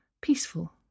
peaceful